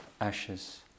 ashes